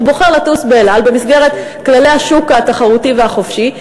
והוא בוחר לטוס ב"אל על" במסגרת כללי השוק התחרותי והחופשי,